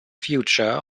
future